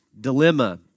dilemma